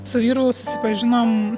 su vyru susipažinom